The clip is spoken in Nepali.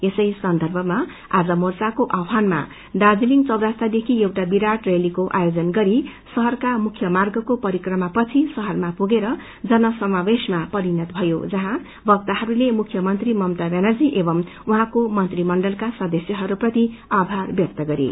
यसै सन्दर्भमा आज मोर्चको आव्रानमा दार्जीलिङ चौरस्तादेखि एउटा विराट रैलीको आयोजन गरि शहरका मुख्य मांगको परिक्रमा पछि शहरमा पुगेर जन समावेशमा परिणत भयो जहौं वक्ताहरूले मुख्य मंत्री मता व्यानर्जी एवं उहाँको मंत्रीमण्डलका सदस्यहरू प्रति आभार व्यक्त गरे